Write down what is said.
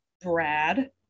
Brad